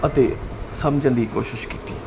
ਅਤੇ ਸਮਝਣ ਦੀ ਕੋਸ਼ਿਸ਼ ਕੀਤੀ